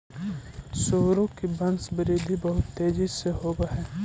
सुअरों की वंशवृद्धि बहुत तेजी से होव हई